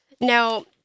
Now